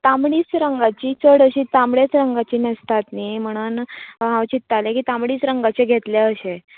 तांबडीच रंगाची चड अशी तांबडेच रंगाची न्हेसतात न्ही म्हणून हांव चित्ताले की तांबडेच रंगाचे घेतले अशे